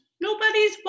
nobody's